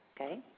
okay